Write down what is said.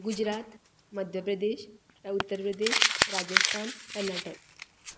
Gujarat Madhya Pradesh Uttar Pradesh Rajasthan Karnataka